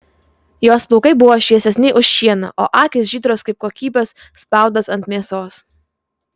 jos plaukai buvo šviesesni už šieną o akys žydros kaip kokybės spaudas ant mėsos